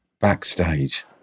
backstage